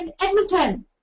Edmonton